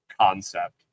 concept